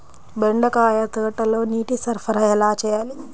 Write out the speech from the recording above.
బెండకాయ తోటలో నీటి సరఫరా ఎలా చేయాలి?